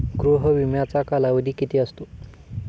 गृह विम्याचा कालावधी किती असतो?